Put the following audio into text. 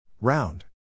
Round